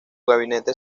gabinete